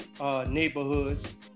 neighborhoods